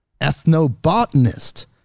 ethnobotanist